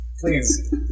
please